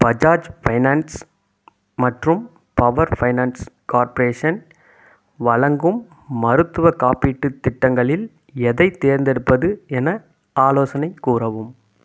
Bajaj finance மற்றும் power finance corporation வழங்கும் மருத்துவக் காப்பீட்டுத் திட்டங்களில் எதைத் தேர்ந்தெடுப்பது என ஆலோசனை கூறவும்